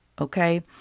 Okay